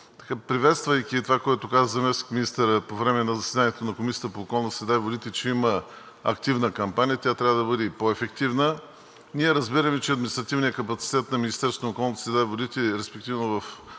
Приветствайки това, което каза заместник-министърът по време на заседанието на Комисията по околната среда и водите, че има активна кампания, тя трябва да бъде и по-ефективна, ние разбираме, че административният капацитет на Министерството на околната среда и водите, респективно в